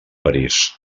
parís